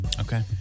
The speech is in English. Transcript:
Okay